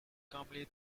calmly